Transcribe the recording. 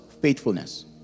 faithfulness